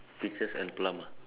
peaches and plum ah